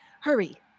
Hurry